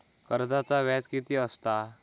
कर्जाचा व्याज कीती असता?